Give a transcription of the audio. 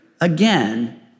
again